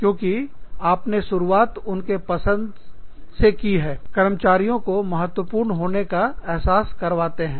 क्योंकि आपने शुरुआत उनके पसंद से की है कर्मचारियों को महत्वपूर्ण होने का एहसास करवाते हैं